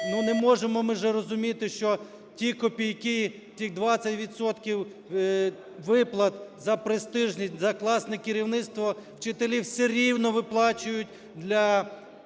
не можемо ж ми не розуміти, що ті копійки, тих 20 відсотків виплат за престижність, за класне керівництво вчителів все рівно виплачують для